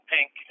Pink